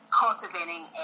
cultivating